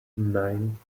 nein